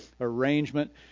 arrangement